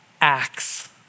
acts